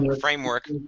framework